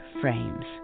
frames